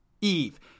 Eve